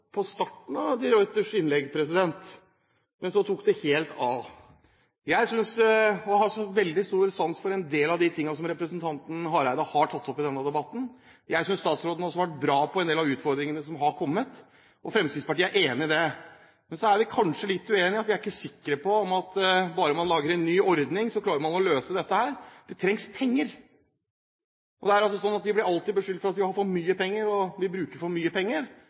Men så tok det helt av. Jeg har veldig stor sans for en del av det som representanten Hareide har tatt opp i denne debatten. Jeg synes også statsråden har vært bra på en del av utfordringene som har kommet, og Fremskrittspartiet er enig i det. Men så er vi kanskje litt uenige – vi er ikke sikre på at om man bare lager en ny ordning, så klarer man å løse dette. Det trengs penger. Vi blir alltid beskyldt for at vi har for mye penger, vi bruker for mye penger.